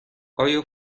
آیا